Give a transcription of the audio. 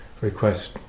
request